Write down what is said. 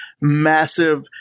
massive